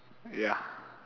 ya